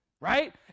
Right